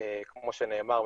כמו שנאמר,